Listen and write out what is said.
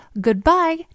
goodbye